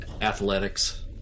Athletics